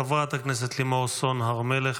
חברת הכנסת לימור סון הר מלך,